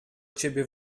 ciebie